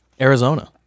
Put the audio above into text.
arizona